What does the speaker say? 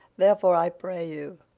therefore, i pray you,